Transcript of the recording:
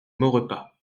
maurepas